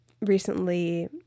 recently